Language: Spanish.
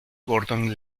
gordon